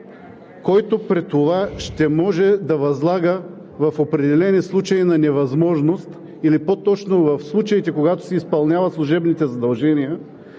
който при това ще може да възлага в определени случаи на невъзможност или по-точно в случаите, когато си изпълнява служебните задължения,